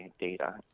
data